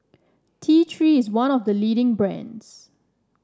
T Three is one of the leading brands